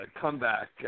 comeback